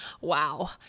wow